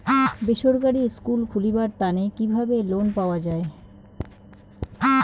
বেসরকারি স্কুল খুলিবার তানে কিভাবে লোন পাওয়া যায়?